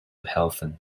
helfen